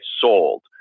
sold